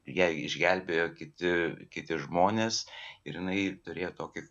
ją išgelbėjo kiti kiti žmonės ir jinai turėjo tokį